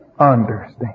understand